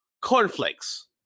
cornflakes